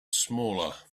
smaller